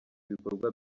ibikorwa